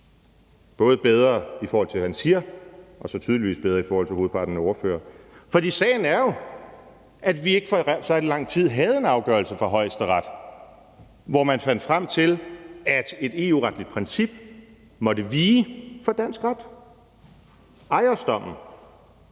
både bedre, i forhold til hvad han siger, og så tydeligvis bedre end hovedparten af ordførerne. For sagen er jo, at vi for ikke særlig lang tid siden havde en afgørelse fra Højesteret, hvor man fandt frem til, at et EU-retligt princip måtte vige for dansk ret: Ajosdommen.